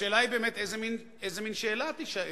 השאלה היא באמת איזה מין שאלה תישאל,